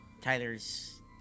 Tyler's